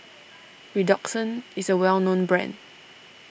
Redoxon is a well known brand